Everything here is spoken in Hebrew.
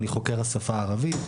אני חוקר השפה הערבית,